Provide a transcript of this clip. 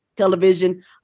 television